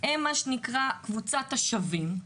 הם מה שנקרא קבוצת השווים,